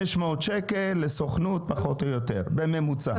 500 שקל לסוכנות פחות או יותר בממוצע.